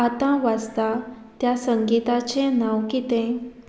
आतां वाचता त्या संगीताचें नांव कितें